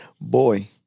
Boy